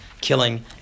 killing